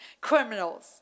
criminals